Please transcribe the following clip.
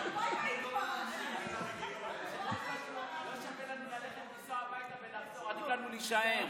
לא שווה לנו לנסוע הביתה ולחזור, עדיף לנו להישאר.